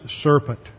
serpent